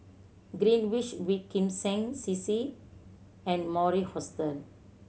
Greenwich V Kim Seng C C and Mori Hostel